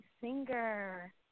singer